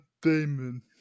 Damon